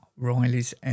Riley's